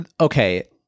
Okay